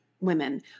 women